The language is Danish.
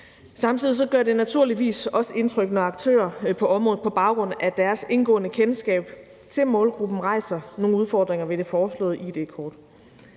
Samtidig gør det naturligvis også indtryk, når aktører på området på baggrund af deres indgående kendskab til målgruppen påpeger nogle udfordringer ved det foreslåede id-kort.